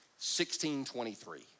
1623